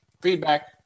Feedback